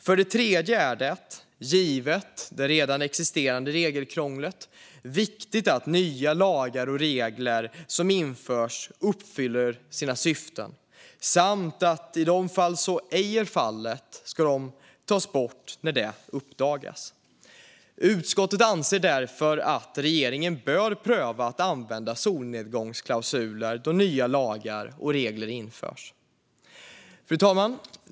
För det tredje är det, givet det redan existerande regelkrånglet, viktigt att nya lagar och regler som införs uppfyller sina syften samt att de då så ej är fallet tas bort när detta uppdagas. Utskottet anser därför att regeringen bör pröva att använda solnedgångsklausuler då nya lagar och regler införs. Fru talman!